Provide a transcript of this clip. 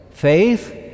Faith